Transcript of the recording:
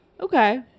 Okay